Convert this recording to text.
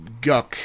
guck